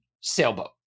sailboat